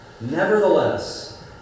Nevertheless